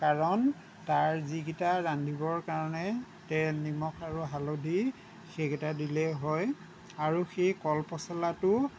কাৰণ তাৰ যিকেইটা ৰান্ধিবৰ কাৰণে তেল নিমখ আৰু হালধি সেইকেইটা দিলেই হয় আৰু সেই কলপচলাটো